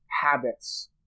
habits